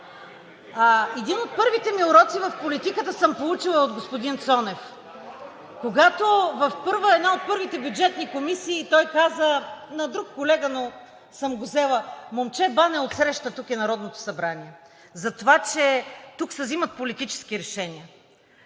Един от първите си уроци в политиката съм получила от господин Цонев, когато в една от първите бюджетни комисии, той каза на друг колега, но съм го взела: „Момче, БАН е отсреща, тук е Народното събрание“ – затова, че тук се взимат политически решения.